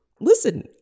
Listen